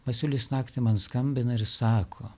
masiulis naktį man skambina ir sako